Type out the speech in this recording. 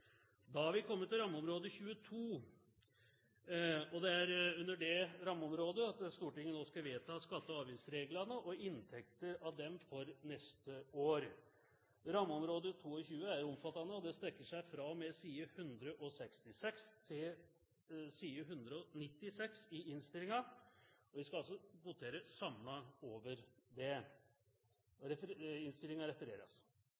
Da har vi kommet til rammeområde 22, og det er under det området Stortinget skal vedta skatte- og avgiftsreglene og inntekter av dem for neste år. Rammeområde 22 er omfattende, og vi skal altså votere samlet over